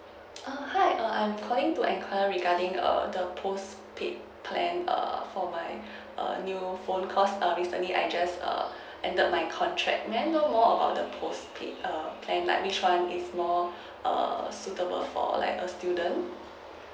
err hi um I'm calling to enquire regarding err the postpaid plan err for my err new phone because err recently I just err ended my contract may I know more about the postpaid err plan like which [one] is more err suitable for like a student